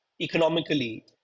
economically